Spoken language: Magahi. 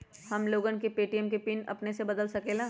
हम लोगन ए.टी.एम के पिन अपने से बदल सकेला?